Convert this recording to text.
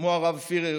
כמו הרב פירר,